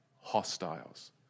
hostiles